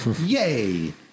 Yay